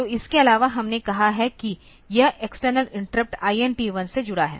तो इसके अलावा हमने कहा है कि यह एक्सटर्नल इंटरप्ट INT1 से जुड़ा है